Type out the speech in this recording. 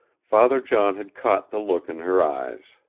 father john had caught the look in her eyes.